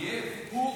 אויב.